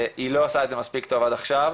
היא לא עושה את זה מספיק טוב עד עכשיו,